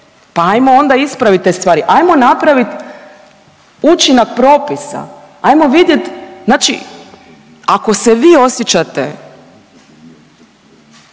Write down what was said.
pa ajmo onda ispravit te stvar, ajmo napravit učinak propisa, ajmo vidjet. Znači ako se vi osjećate